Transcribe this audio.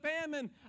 famine